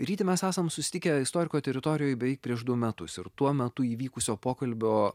ryti mes esam susitikę istoriko teritorijoj beveik prieš du metus ir tuo metu įvykusio pokalbio